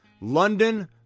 London